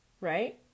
Right